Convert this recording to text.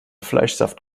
fleischsaft